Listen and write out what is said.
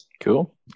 Cool